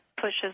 pushes